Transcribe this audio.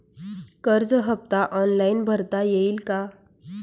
कर्ज हफ्ता ऑनलाईन भरता येईल का?